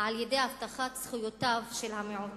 על-ידי הבטחת זכויותיו של המיעוט.